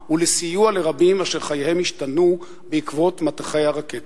ולרבים אשר חייהם השתנו בעקבות מטחי הרקטות.